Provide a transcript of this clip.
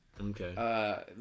Okay